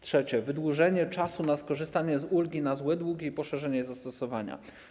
Trzecie, wydłużenie czasu na skorzystanie z ulgi na złe długi i poszerzenie zastosowania.